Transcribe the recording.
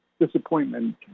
disappointment